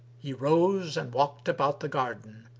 he rose and walked about the garden,